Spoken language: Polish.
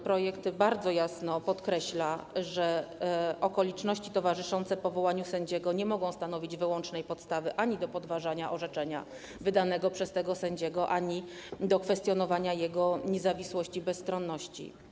Projekt bardzo jasno podkreśla, że okoliczności towarzyszące powołaniu sędziego nie mogą stanowić wyłącznej podstawy ani do podważania orzeczenia wydanego przez tego sędziego, ani do kwestionowania jego niezawisłości i bezstronności.